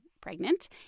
pregnant